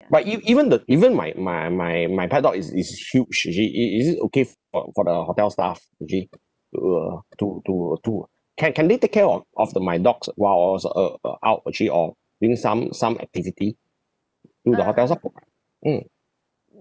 but ev~ even the even my my my my pet dog is is huge you see is is it okay for for the hotel staff actually to uh to to to can can they take care of of the my dogs uh while I was uh out actually or doing some some activity in the hotels orh mm